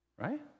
Right